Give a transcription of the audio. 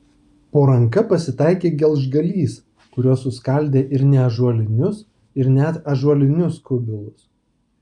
po ranka pasitaikė gelžgalys kuriuo suskaldė ir neąžuolinius ir net ąžuolinius kubilus